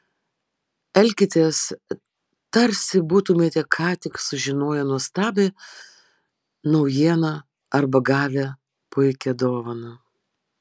elkitės tarsi būtumėte ką tik sužinoję nuostabią naujieną arba gavę puikią dovaną